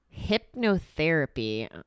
hypnotherapy